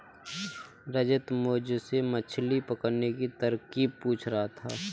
रंजित मुझसे मछली पकड़ने की तरकीब पूछ रहा था